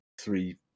three